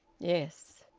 yes.